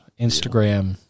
Instagram